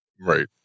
right